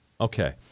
Okay